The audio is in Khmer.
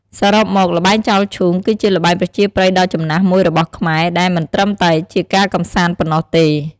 សរុបមក ល្បែងចោលឈូង គឺជាល្បែងប្រជាប្រិយដ៏ចំណាស់មួយរបស់ខ្មែរ ដែលមិនត្រឹមតែជាការកម្សាន្តប៉ុណ្ណោះទេ ។